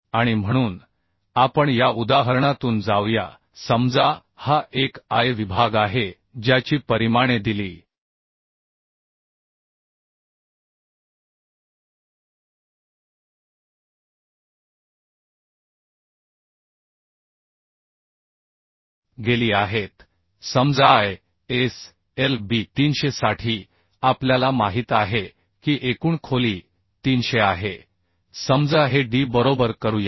आणि म्हणून आपण या उदाहरणातून जाऊया समजा हा एक I विभाग आहे ज्याची परिमाणे दिली गेली आहेत समजा ISLB 300 साठी आपल्याला माहित आहे की एकूण खोली 300 आहे समजा हे d बरोबर करूया